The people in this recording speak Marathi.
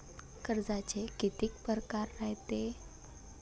कर्जाचे कितीक परकार रायते?